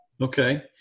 Okay